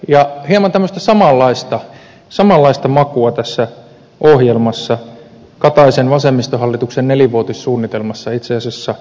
hieman tämmöistä samanlaista makua tässä ohjelmassa kataisen vasemmistohallituksen nelivuotissuunnitelmassa itse asiassa on